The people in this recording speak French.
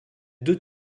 deux